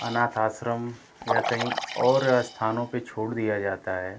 अनाथ आश्रम या कहीं और स्थानों पर छोड़ दिया जाता है